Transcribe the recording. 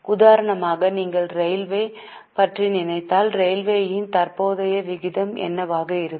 உதாரணமாக நீங்கள் ரயில்வே பற்றி நினைத்தால் ரயில்வேயின் தற்போதைய விகிதம் என்னவாக இருக்கும்